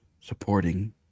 supporting